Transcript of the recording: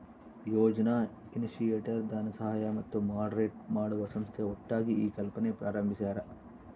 ಯೋಜನಾ initiator ಧನಸಹಾಯ ಮತ್ತು moderate ಮಾಡುವ ಸಂಸ್ಥೆ ಒಟ್ಟಾಗಿ ಈ ಕಲ್ಪನೆ ಪ್ರಾರಂಬಿಸ್ಯರ